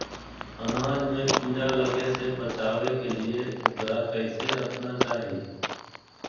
अनाज में कीड़ा लगे से बचावे के लिए, उकरा कैसे रखना चाही?